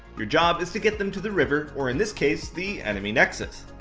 your job is to get them to the river, or in this case, the enemy nexus.